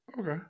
Okay